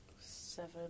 seven